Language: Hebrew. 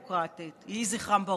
ואתה בא לפה להטיף לנו